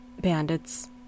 bandits